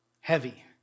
heavy